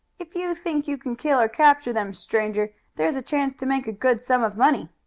if you think you can kill or capture them, stranger, there's a chance to make a good sum of money.